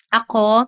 ako